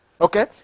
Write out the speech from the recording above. okay